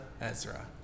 Ezra